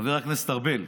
חבר הכנסת ארבל: